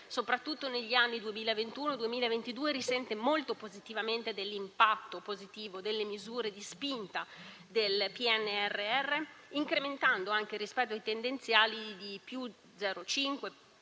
soprattutto negli anni 2021-2022, risente molto positivamente dell'impatto delle misure di spinta del PNRR, incrementando anche rispetto ai tendenziali di +0,5,